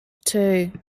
two